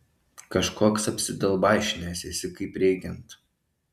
kažkoks apsidalbašinęs esi kaip reikiant